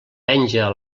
penja